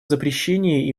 запрещении